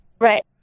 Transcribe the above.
Right